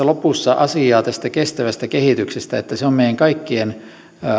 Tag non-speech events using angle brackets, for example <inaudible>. <unintelligible> lopussa asiaa kestävästä kehityksestä että se on meidän kaikkien